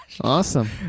Awesome